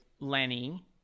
Lenny